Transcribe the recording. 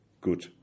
good